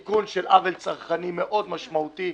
תיקון של עוול צרכני מאוד משמעותי.